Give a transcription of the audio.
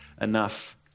enough